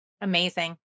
Amazing